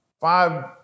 five